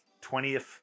20th